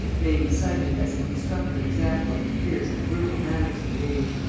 may be cited as an instructive example of the fierce and brutal manners of the age.